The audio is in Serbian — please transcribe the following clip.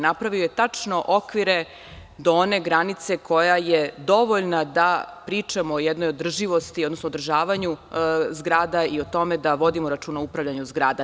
Napravio je tačno okvire do one granice koja je dovoljna da pričamo o jednoj održivosti, odnosno održavanju zgrada i o tome da vodimo računa o upravljanju zgrada.